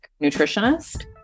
nutritionist